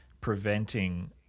preventing